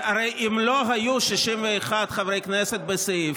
הרי אם לא היו 61 חברי כנסת בסעיף,